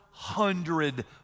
hundred